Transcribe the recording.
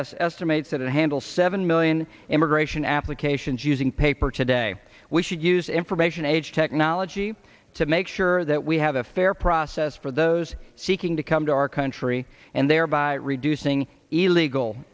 s estimates that handle seven million immigration applications using paper today we should use information age technology to make sure that we have a fair process for those seeking to come to our country and thereby reducing eal egal